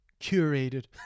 curated